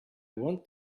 want